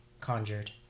conjured